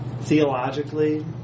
theologically